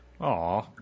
Aw